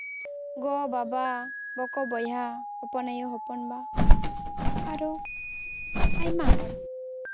ᱜᱚᱼᱵᱟᱵᱟ ᱵᱚᱠᱚ ᱵᱚᱭᱦᱟ ᱦᱚᱯᱚᱱ ᱟᱹᱭᱩ ᱦᱚᱯᱚᱱᱵᱟ ᱟᱨᱚ ᱟᱭᱢᱟ ᱦᱚᱲ